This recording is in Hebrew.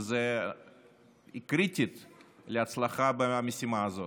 שהיא קריטית להצלחה במשימה הזאת.